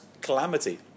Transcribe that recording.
calamity